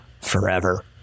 forever